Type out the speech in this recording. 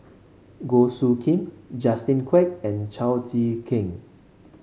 Goh Soo Khim Justin Quek and Chao Tzee Keng